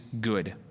good